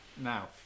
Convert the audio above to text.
Now